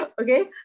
Okay